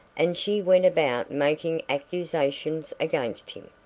and she went about making accusations against him!